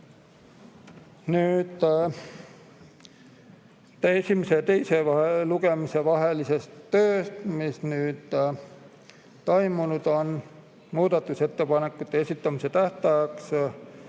Nüüd esimese ja teise lugemise vahelisest tööst, mis on toimunud. Muudatusettepanekute esitamise tähtajaks,